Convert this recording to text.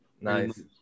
Nice